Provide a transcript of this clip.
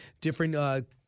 different